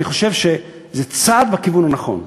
ואני חושב שזה צעד בכיוון הנכון.